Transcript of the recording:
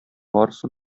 барысы